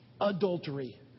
adultery